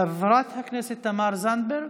חברת הכנסת תמר זנדברג,